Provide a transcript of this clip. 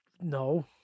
No